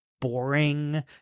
boring